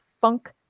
funk